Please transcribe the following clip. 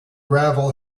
gravel